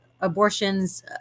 abortions